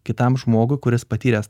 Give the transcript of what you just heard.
kitam žmogui kuris patyręs